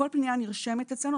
כל פנייה נרשמת אצלנו,